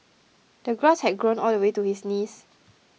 the grass had grown all the way to his knees